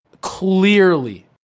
Clearly